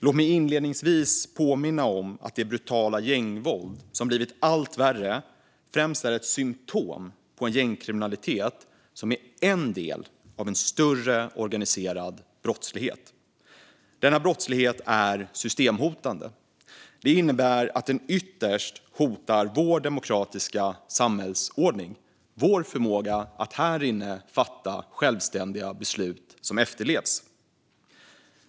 Låt mig inledningsvis påminna om att det brutala gängvåld som blivit allt värre främst är ett symtom på en gängkriminalitet som är en del av en större organiserad brottslighet. Denna brottslighet är systemhotande. Det innebär att den ytterst hotar vår demokratiska samhällsordning och vår förmåga att här inne fatta självständiga beslut som efterlevs.